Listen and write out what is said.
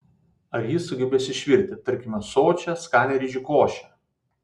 ar jis sugebės išvirti tarkime sočią skanią ryžių košę